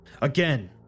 again